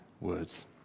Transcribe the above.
words